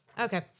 Okay